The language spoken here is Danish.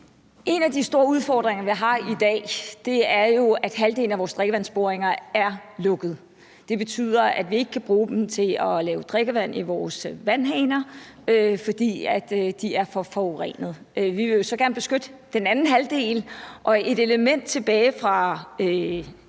En af de store udfordringer, vi har i dag, er jo, at halvdelen af vores drikkevandsboringer er lukket. Det betyder, at vi ikke kan bruge dem til at lave drikkevand til vores vandhaner, fordi de er for forurenede. Vi vil jo så gerne beskytte den anden halvdel, og et element tilbage fra